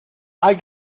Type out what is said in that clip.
hay